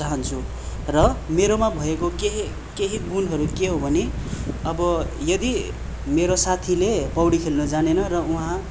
चाहन्छु र मेरोमा भएको केही गुणहरू के हो भने अब यदि मेरो साथीले पौडी खेल्नु जानेन र उहाँ